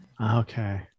Okay